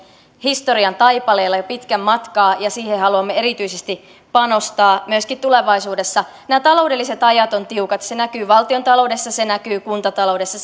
historian taipaleella jo pitkän matkaa ja siihen haluamme erityisesti panostaa myöskin tulevaisuudessa nämä taloudelliset ajat ovat tiukat se näkyy valtiontaloudessa se näkyy kuntataloudessa